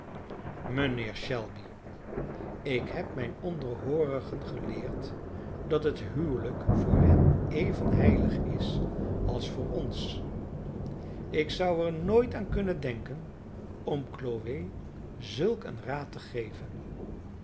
mijnheer shelby ik heb mijn onderhoorigen geleerd dat het huwelijk voor hen even heilig is als voor ons ik zou er nooit aan kunnen denken om chloe zulk een raad te geven